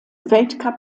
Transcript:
weltcup